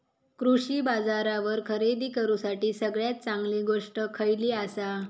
कृषी बाजारावर खरेदी करूसाठी सगळ्यात चांगली गोष्ट खैयली आसा?